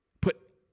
put